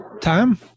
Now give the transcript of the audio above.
time